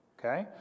okay